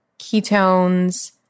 ketones